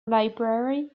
library